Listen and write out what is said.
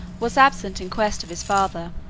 was absent in quest of his father.